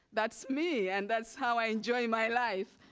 that's me and that's how i enjoy my life.